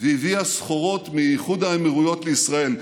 והביאה סחורות מאיחוד האמירויות לישראל,